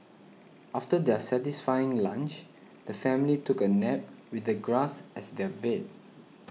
after their satisfying lunch the family took a nap with the grass as their bed